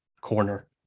corner